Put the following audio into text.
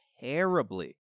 terribly